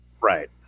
Right